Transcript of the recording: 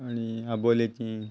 आनी आबोले की